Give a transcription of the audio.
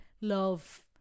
love